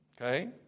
okay